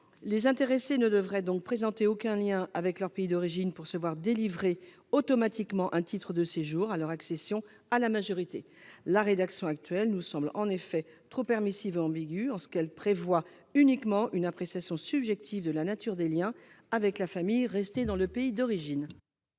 Les intéressés ne devraient présenter aucun lien avec leur pays d’origine pour se voir délivrer automatiquement un titre de séjour à leur accession à la majorité. La rédaction actuelle nous semble, en effet, trop permissive et ambiguë en ce qu’elle prévoit uniquement une appréciation subjective de « la nature des liens » avec la famille restée dans le pays d’origine.